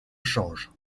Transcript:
change